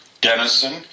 Denison